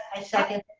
i second.